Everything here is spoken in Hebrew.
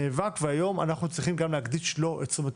שנאבק והיום אנחנו צריכים גם להקדיש לו את תשומת